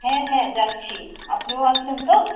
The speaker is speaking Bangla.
হ্যাঁ হ্যাঁ যাচ্ছি আপনিও আসছেন তো